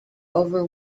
over